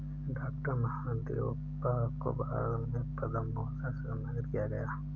doctor Mahadevappa को भारत में पद्म भूषण से सम्मानित किया गया है